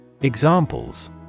Examples